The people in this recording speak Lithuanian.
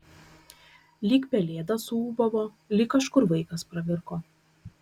lyg pelėda suūbavo lyg kažkur vaikas pravirko